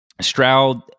Stroud